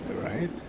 Right